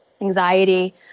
anxiety